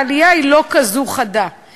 כל אחד רוצה פה ושם.